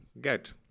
get